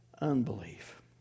unbelief